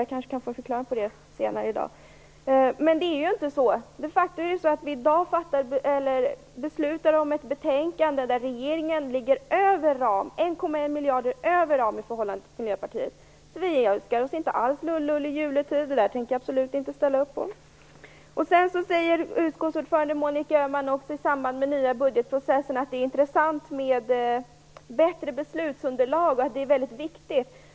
Jag kan kanske senare i dag få en förklaring till det. Det är de facto så att vi nu skall besluta om ett betänkande där regeringen ligger 1,1 miljarder över Miljöpartiets ram. Vi önskar alltså inte alls "lullull" i juletid. Det tänker jag absolut inte hålla med om. Utskottsordföranden Monica Öhman säger i samband med den nya budgetprocessen också att det är intressant och väldigt viktigt med ett bättre beslutsunderlag.